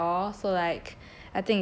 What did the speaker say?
it's not dry at all so like